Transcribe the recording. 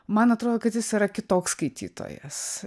man atrodo kad jis yra kitoks skaitytojas